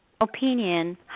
opinion